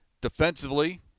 defensively